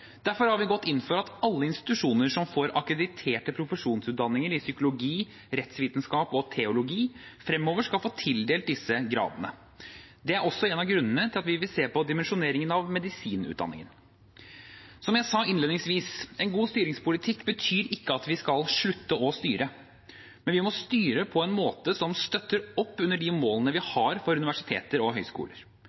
Derfor har vi gått inn for at alle institusjoner som får akkrediterte profesjonsutdanninger i psykologi, rettsvitenskap og teologi, fremover skal få tildele disse gradene. Det er også en av grunnene til at vi vil se på dimensjoneringen av medisinutdanningen. Som jeg sa innledningsvis: En god styringspolitikk betyr ikke at vi skal slutte å styre. Men vi må styre på en måte som støtter opp under de målene vi har for universiteter og høyskoler.